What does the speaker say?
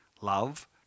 Love